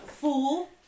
Fool